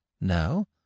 No